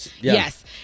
Yes